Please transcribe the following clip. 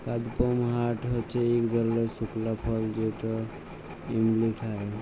কাদপমহাট হচ্যে ইক ধরলের শুকলা ফল যেটা এমলি খায়